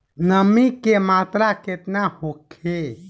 नमी के मात्रा केतना होखे?